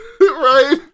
Right